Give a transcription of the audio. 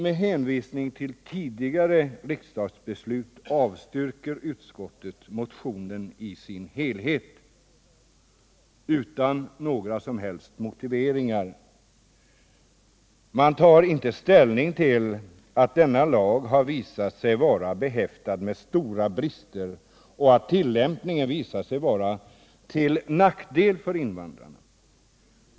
Med hänvisning till tidigare riksdagsbeslut avstyrker utskottet motionen i sin helhet utan några som helst motiveringar. Man tar inte ställning till att denna lag har visat sig vara behäftad med stora brister och att tillämpningen visar sig medföra stora nackdelar för invandrarna.